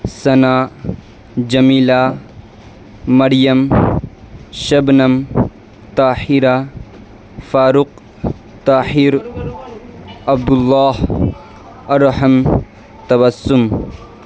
Sana Jamila Maryam Shabnam Tahira Farooq Tahir Abdullah Arham Tabassum